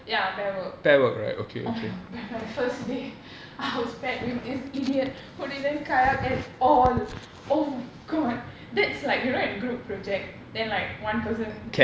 ya pair work oh my god but my first day I was paired with this idiot who didn't kayak at all oh my god that's like you know in group project then like one person